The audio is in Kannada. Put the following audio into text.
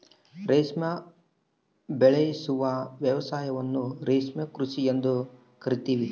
ರೇಷ್ಮೆ ಉಬೆಳೆಸುವ ವ್ಯವಸಾಯವನ್ನ ರೇಷ್ಮೆ ಕೃಷಿ ಎಂದು ಕರಿತೀವಿ